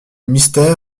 mystère